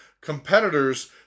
competitors